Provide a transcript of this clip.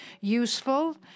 useful